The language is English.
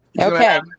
Okay